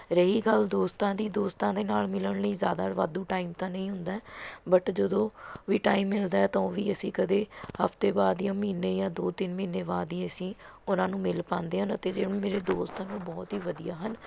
ਰਹੀ ਗੱਲ ਦੋਸਤਾਂ ਦੀ ਦੋਸਤਾਂ ਦੇ ਨਾਲ਼ ਮਿਲਣ ਲਈ ਜ਼ਿਆਦਾ ਵਾਧੂ ਟਾਈਮ ਤਾਂ ਨਹੀਂ ਹੁੰਦਾ ਬਟ ਜਦੋਂ ਵੀ ਟਾਈਮ ਮਿਲਦਾ ਹੈ ਤਾਂ ਉਹ ਵੀ ਅਸੀਂ ਕਦੇ ਹਫਤੇ ਬਾਅਦ ਜਾਂ ਮਹੀਨੇ ਜਾਂ ਦੋ ਤਿੰਨ ਮਹੀਨੇ ਬਾਅਦ ਹੀ ਅਸੀਂ ਉਹਨਾਂ ਨੂੰ ਮਿਲ ਪਾਂਦੇ ਹਨ ਅਤੇ ਜਿਵੇਂ ਮੇਰੇ ਦੋਸਤ ਨੂੰ ਬਹੁਤ ਹੀ ਵਧੀਆ ਹਨ